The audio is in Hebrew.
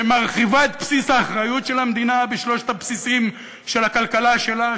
שמרחיבה את בסיס האחריות של המדינה בשלושת הבסיסים של הכלכלה שלה,